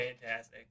fantastic